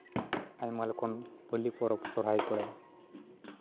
ᱟᱭᱢᱟ ᱞᱮᱠᱟᱱ ᱯᱟᱹᱞᱤ ᱯᱚᱨᱚᱵᱽ ᱥᱚᱨᱦᱟᱭ ᱠᱚᱨᱮ